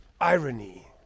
irony